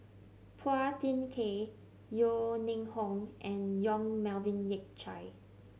Phua Thin Kiay Yeo Ning Hong and Yong Melvin Yik Chye